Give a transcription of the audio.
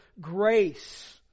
grace